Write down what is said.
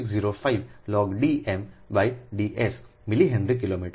4605 log D m d s millihenry kilometre દીઠ